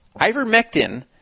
Ivermectin